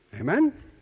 Amen